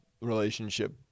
relationship